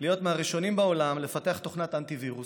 להיות מהראשונים בעולם לפתח תוכנת אנטי-וירוס.